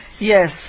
yes